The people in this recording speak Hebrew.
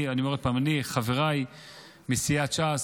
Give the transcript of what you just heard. אני אומר עוד פעם, חבריי מסיעת ש"ס,